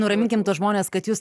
nuraminkim tuos žmones kad jūs